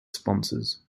sponsors